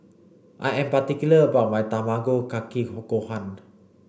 I am particular about my Tamago Kake Gohan